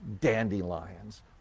dandelions